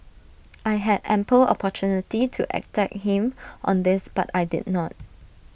I had ample opportunity to attack him on this but I did not